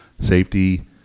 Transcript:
Safety